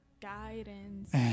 guidance